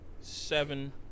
seven